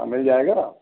हाँ मिल जाएगा